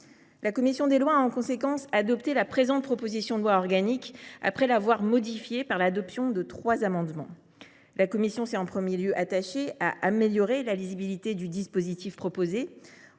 La commission des lois a donc adopté la présente proposition de loi organique, après l’avoir modifiée par l’adoption de trois amendements. Elle s’est en premier lieu attachée à améliorer la lisibilité du dispositif proposé,